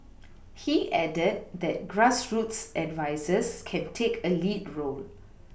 he added that grassroots advisers can take a lead role